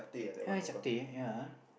ya it's okay ya